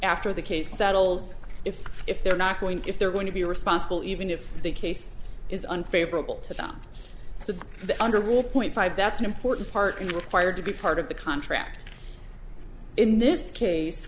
after the case battles if if they're not going if they're going to be responsible even if the case is unfavorable to jump to the underwater point five that's an important part in the required to be part of the contract in this case